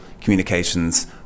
communications